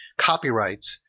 copyrights